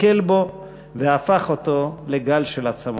הסתכל בו והפך אותו לגל של עצמות.